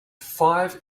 five